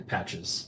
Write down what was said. Patches